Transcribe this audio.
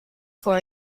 for